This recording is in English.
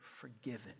forgiven